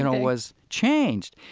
and um was changed,